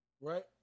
right